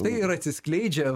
tai ir atsiskleidžia